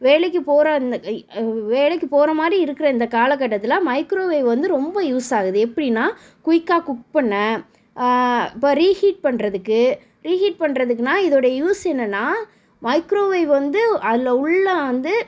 வேலைக்குப் போகிற அந்த வேலைக்குப் போகிற மாதிரி இருக்கிற இந்தக் காலக்கட்டத்தில் மைக்ரோவேவ் வந்து ரொம்ப யூஸ் ஆகுது எப்படின்னா குயிக்காக குக் பண்ண இப்போ ரீஹீட் பண்ணுறதுக்கு ரீஹீட் பண்ணுறதுக்குன்னா இதோடய யூஸ் என்னன்னால் மைக்ரோவேவ் வந்து அதில் உள்ள வந்து